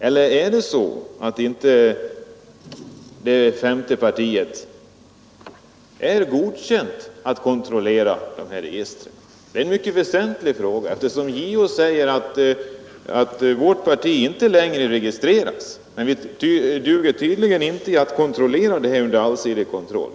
Eller är det femte partiet inte godkänt för att kontrollera det här registret? Det är en mycket väsentlig fråga. JO säger att medlemmar av vårt parti inte längre registreras, men vi duger tydligen inte att vara med och kontrollera att bestämmelserna efterföljs.